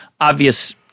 obvious